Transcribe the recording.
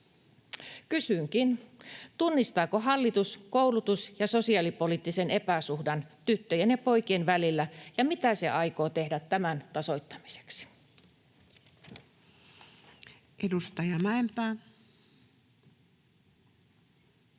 Kysynkin: tunnistaako hallitus koulutus- ja sosiaalipoliittisen epäsuhdan tyttöjen ja poikien välillä, ja mitä se aikoo tehdä tämän tasoittamiseksi? Edustaja Mäenpää.